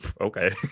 okay